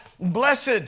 blessed